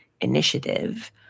Initiative